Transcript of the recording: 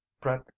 Brett